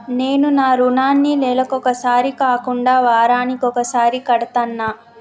నేను నా రుణాన్ని నెలకొకసారి కాకుండా వారానికోసారి కడ్తన్నా